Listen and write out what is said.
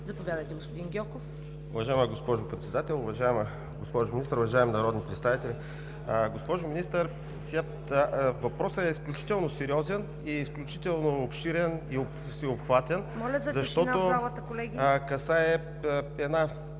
(БСП за България): Уважаема госпожо Председател, уважаема госпожо Министър, уважаеми народни представители! Госпожо Министър, въпросът е изключително сериозен, изключително обширен и всеобхватен, защото касае една